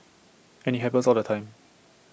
and IT happens all the time